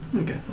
Okay